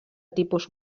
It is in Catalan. tipus